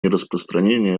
нераспространение